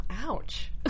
ouch